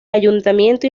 ayuntamiento